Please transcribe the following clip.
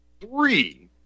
three